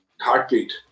Heartbeat